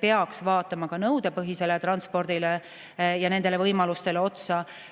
peaks mõtlema nõudepõhisele transpordile ja nendele võimalustele, sest